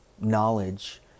Knowledge